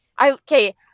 Okay